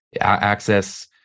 access